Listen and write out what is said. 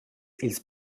ils